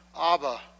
Abba